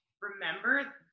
remember